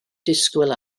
disgwyl